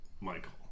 Michael